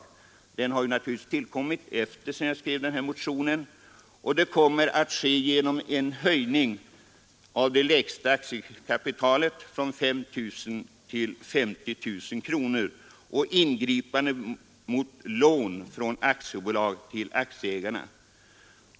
Denna kommuniké har naturligtvis tillkommit efter det att jag skrev motionen, men förslaget kommer att innebära en höjning av det lägsta aktiekapitalet från 5 000 kronor till 50 000 kronor och ingripanden mot lån från aktiebolag till aktieägare.